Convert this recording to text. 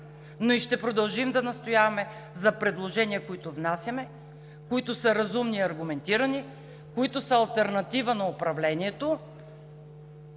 Ще продължим да настояваме за предложения, които внасяме, които са разумни и аргументирани, които са алтернатива на управлението.